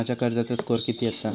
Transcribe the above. माझ्या कर्जाचो स्कोअर किती आसा?